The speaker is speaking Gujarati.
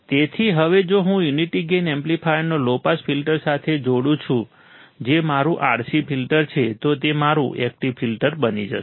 તેથી હવે જો હું યુનિટી ગેઇન એમ્પ્લીફાયરને લો પાસ ફિલ્ટર સાથે જોડું છું જે મારું RC ફિલ્ટર છે તો તે મારું એકટીવ ફિલ્ટર બની જશે